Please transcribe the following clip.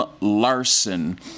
Larson